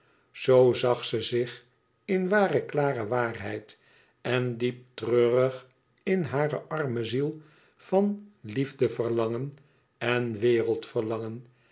zag ze zich in ware klare waarheid en diep treurig in hare arme ziel van liefdeverlangen en wereldverlangen